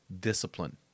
discipline